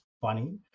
funny